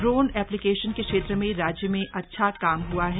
drone application के क्षेत्र में राज्य में अच्छा काम हआ है